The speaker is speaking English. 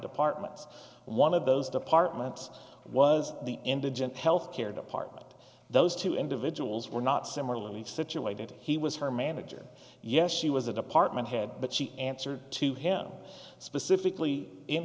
departments one of those departments was the indigent health care department those two individuals were not similarly situated he was her manager yes she was a department head but she answered to him specifically in